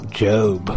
job